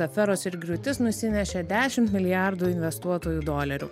aferos ir griūtis nusinešė dešimt milijardų investuotojų dolerių